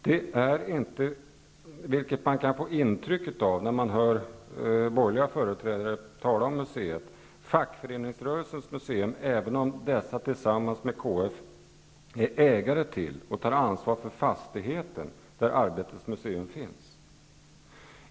Det är inte, vilket man kan få intryck av när man hör borgerliga företrädare tala om museet, fackföreningsrörelsens museum även om fackföreningarna tillsammans med KF är ägare till och tar ansvar för fastigheten där Arbetets museum finns.